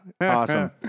awesome